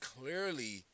clearly